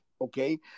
okay